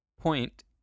point